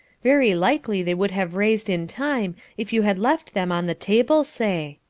very likely they would have raised in time, if you had left them on the table, say.